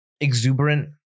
exuberant